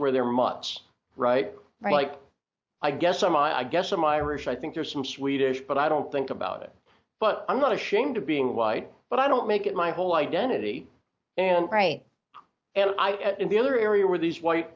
where they're much right right like i guess i'm i guess i'm irish i think they're some swedish but i don't think about it but i'm not ashamed of being white but i don't make it my whole identity and right and i and the other area where these white